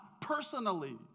personally